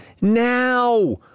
now